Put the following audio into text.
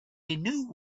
new